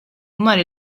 mar